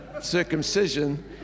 circumcision